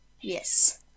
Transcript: Yes